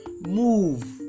move